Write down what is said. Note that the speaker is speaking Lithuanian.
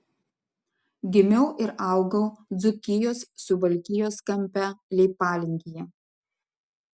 gimiau ir augau dzūkijos suvalkijos kampe leipalingyje